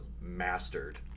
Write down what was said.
mastered